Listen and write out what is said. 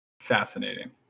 fascinating